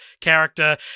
character